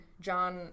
John